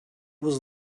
was